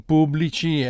Pubblici